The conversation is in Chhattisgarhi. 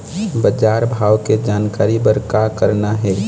बजार भाव के जानकारी बर का करना हे?